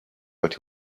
but